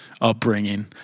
upbringing